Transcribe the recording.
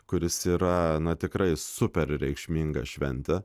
kuris yra tikrai super reikšminga šventė